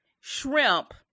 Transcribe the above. shrimp